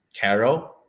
Carol